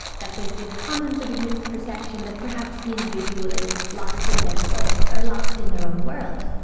that there is this common sort of misperception that perhaps the individual is lost in their thoughts or lost in their own world.